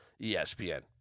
ESPN